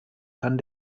kann